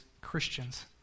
Christians